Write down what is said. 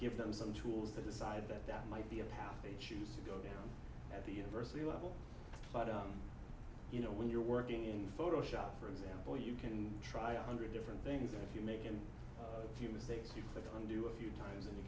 give them some tools to decide that that might be of how they choose to go down at the university level but you know when you're working in photoshop for example you can try a hundred different things that if you make him a few mistakes you click on do a few times and